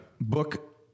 Book